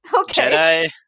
Okay